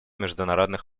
международных